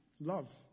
love